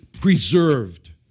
preserved